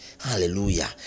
hallelujah